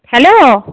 hello